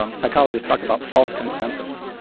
um psychologists talk about false consensus.